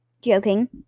joking